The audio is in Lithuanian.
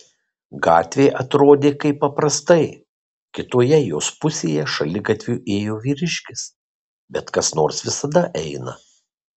gatvė atrodė kaip paprastai kitoje jos pusėje šaligatviu ėjo vyriškis bet kas nors visada eina